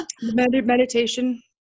Meditation